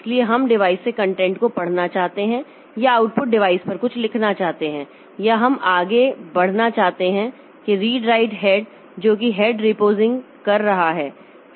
इसलिए हम डिवाइस से कंटेंट को पढ़ना चाहते हैं या आउटपुट डिवाइस पर कुछ लिखना चाहते हैं या हम आगे बढ़ना चाहते हैं कि रीड राइट हेड जो कि हेड रिपोजिंग कर रहा है